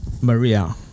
Maria